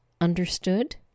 Understood